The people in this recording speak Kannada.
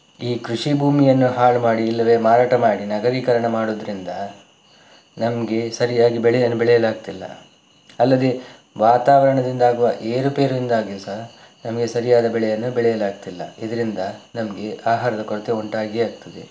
ಈ ಕೃಷಿ ಭೂಮಿಯನ್ನು ಹಾಳು ಮಾಡಿ ಇಲ್ಲವೇ ಮಾರಾಟ ಮಾಡಿ ನಗರೀಕರಣ ಮಾಡುವುದ್ರಿಂದ ನಮಗೆ ಸರಿಯಾಗಿ ಬೆಳೆಯನ್ನು ಬೆಳೆಯಲಾಗ್ತಿಲ್ಲ ಅಲ್ಲದೆ ವಾತಾವರಣದಿಂದಾಗುವ ಏರುಪೇರಿನಿಂದಾಗಿಯೂ ಸಹ ನಮಗೆ ಸರಿಯಾದ ಬೆಳೆಯನ್ನು ಬೆಳೆಯಲಾಗ್ತಿಲ್ಲ ಇದರಿಂದ ನಮಗೆ ಆಹಾರದ ಕೊರತೆ ಉಂಟಾಗಿಯೇ ಆಗ್ತದೆ